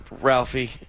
Ralphie